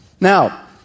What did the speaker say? Now